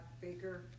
Baker